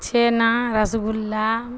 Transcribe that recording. چھنا رس گلا